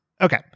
Okay